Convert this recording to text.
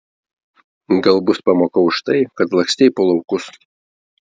gal bus pamoka už tai kad lakstei po laukus